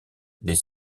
les